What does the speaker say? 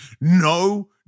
no